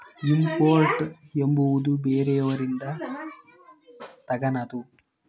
import ಎಂಬುವುದು ಬೇರೆಯವರಿಂದ ತಗನದು